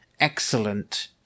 excellent